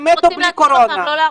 אנחנו רוצים להציל אותם, לא להרוג אותם.